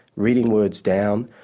reading words down,